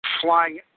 Flying